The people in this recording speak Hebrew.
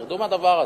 תרדו מהדבר הזה.